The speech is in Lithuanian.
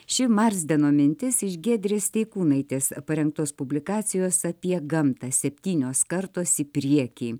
ši marzdeno mintis iš giedrės steikūnaitės parengtos publikacijos apie gamtą septynios kartos į priekį